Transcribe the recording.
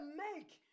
make